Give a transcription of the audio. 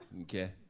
Okay